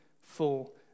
full